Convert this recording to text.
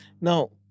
Now